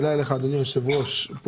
אדוני הישוב ראש, שאלה אליך.